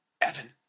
Evan